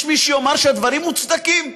יש מי שיאמר שהדברים מוצדקים.